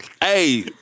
Hey